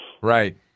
Right